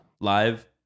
live